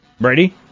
Brady